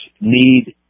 need